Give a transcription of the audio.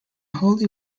holy